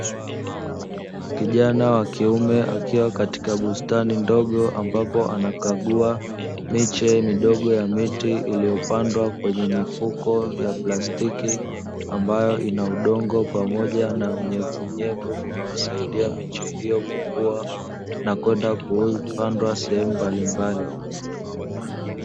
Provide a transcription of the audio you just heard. Kijana wa kiume akiwa katika bustani ndogo ambapo anakagua miche midogo ya miti iliyopandwa kwenye mifuko ya plastiki, ambayo ina udongo pamoja na unyevu unyevu unaosaidia miche hiyo kukua na kwenda kupandwa sehemu mbalimbali.